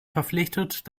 verpflichtet